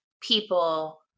people